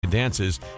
dances